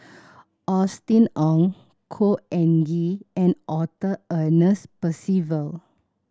Austen Ong Khor Ean Ghee and Arthur Ernest Percival